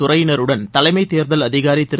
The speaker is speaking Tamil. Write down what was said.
துறையினருடன் தலைமைத் தேர்தல் அதிகாரி திரு